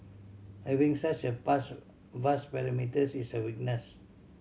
having such a vast vast perimeters is a weakness